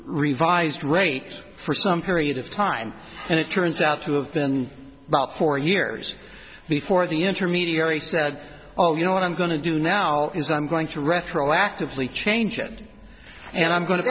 revised rate for some period of time and it turns out to have been about four years before the intermediary said oh you know what i'm going to do now is i'm going to retroactively change it and i'm going to